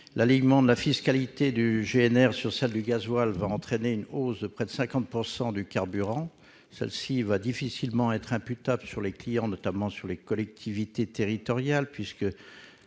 L'alignement de la fiscalité du GNR sur celle du gazole va entraîner une hausse de près de 50 % du prix du carburant, qui sera difficilement imputable sur les clients, notamment les collectivités territoriales- comme